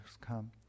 come